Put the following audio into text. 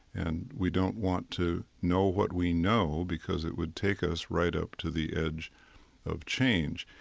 and we don't want to know what we know, because it would take us right up to the edge of change.